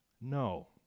No